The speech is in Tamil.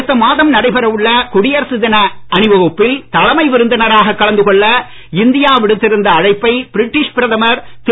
அடுத்த மாதம் நடைபெற உள்ள குடியரசு தின அணிவகுப்பில் தலைமை விருந்தினராக கலந்து கொள்ள இந்தியா விடுத்திருந்த அழைப்பை பிரிட்டிஷ் பிரதமர் திரு